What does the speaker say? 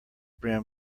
brim